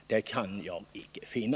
Det kan jag icke finna.